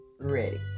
ready